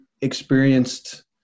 experienced